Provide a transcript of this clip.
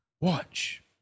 Watch